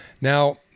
Now